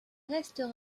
restera